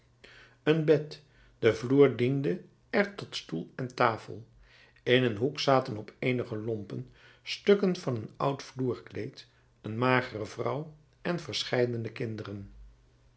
een bed de vloer diende er tot stoel en tafel in een hoek zaten op eenige lompen stukken van een oud vloerkleed een magere vrouw en verscheidene kinderen